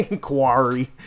Quarry